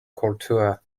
kultur